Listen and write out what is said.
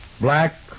black